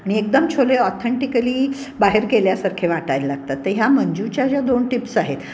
आणि एकदम छोले ऑथंटिकली बाहेर केल्यासारखे वाटायला लागतात तर ह्या मंजूच्या ज्या दोन टिप्स आहेत